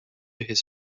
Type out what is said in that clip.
his